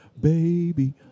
Baby